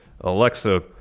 Alexa